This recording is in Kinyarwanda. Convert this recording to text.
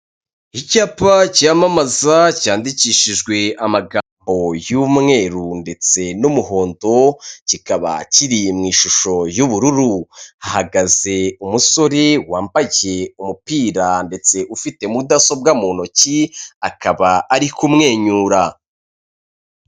Icyapa cyamamaza cyandikishijwe amagambo y'umweru ndetse n'umuhondo, kikaba kiri mu ishusho y'ubururu hahagaze umusore wambaye umupira ndetse ufite mudasobwa mu ntoki akaba ari kumwenyura.